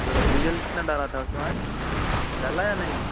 तो डीज़ल कितना डाला था उसमें आज डाला या नहीं